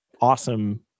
awesome